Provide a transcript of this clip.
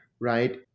right